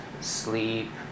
sleep